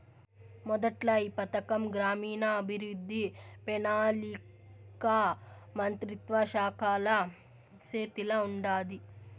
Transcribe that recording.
మొదట్ల ఈ పథకం గ్రామీణాభవృద్ధి, పెనాలికా మంత్రిత్వ శాఖల సేతిల ఉండాది